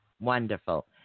wonderful